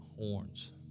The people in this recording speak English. horns